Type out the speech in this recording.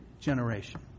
generation